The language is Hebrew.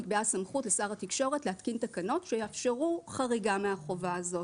נקבעה סמכות לשר התקשורת להתקין תקנות שיאפשרו חריגה מהחובה הזאת.